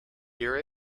hear